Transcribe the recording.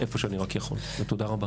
תודה רבה.